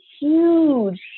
huge